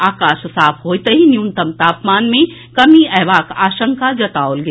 आकाश साफ होएतहि न्यूनतम तापमान मे कमी अएबाक आशंका जताओल गेल